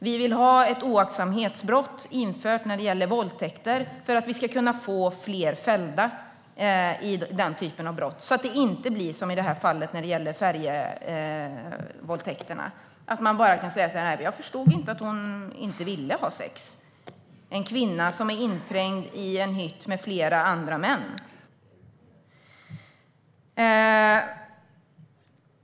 Vi vill införa ett oaktsamhetsbrott när det gäller våldtäkter för att vi ska kunna få fler fällda i den typen av brott så att det inte blir som i fallet med färjevåldtäkterna där en kvinna var inträngd i en hytt med flera män, att man bara kan säga: Jag förstod inte att hon inte ville ha sex.